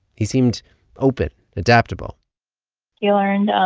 he seemed open, adaptable he learned